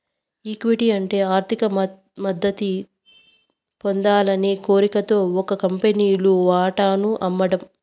equity అంటే ఆర్థిక మద్దతు పొందాలనే కోరికతో ఒక కంపెనీలు వాటాను అమ్మడం